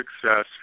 success